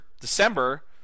December